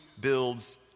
builds